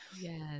Yes